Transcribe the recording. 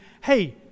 hey